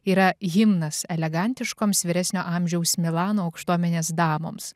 yra himnas elegantiškoms vyresnio amžiaus milano aukštuomenės damoms